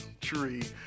tree